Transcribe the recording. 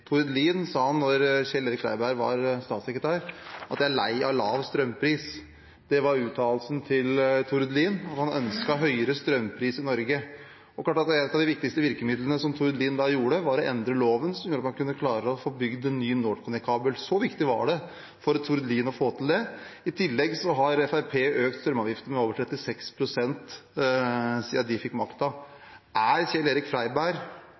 Tord Lien sa da Kjell-Børge Freiberg var statssekretær, at han var lei av lav strømpris. Det var uttalelsen til Tord Lien, at han ønsket høyere strømpris i Norge. Det er klart at noe av det viktigste Tord Lien da gjorde, var å endre loven som gjorde at man kunne klare å få bygd en ny NorthConnect-kabel. Så viktig var det for Tord Lien å få til det. I tillegg har Fremskrittspartiet økt strømavgiften med over 36 pst. siden de fikk makten. Er Kjell-Børge Freiberg,